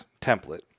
template